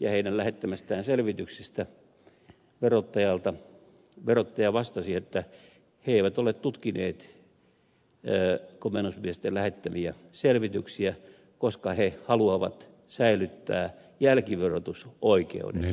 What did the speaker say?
ja lähettämistään selvityksistä verottajalta verottaja vastasi että he eivät ole tutkineet komennusmiesten lähettämiä selvityksiä koska he haluavat säilyttää jälkiverotusoikeuden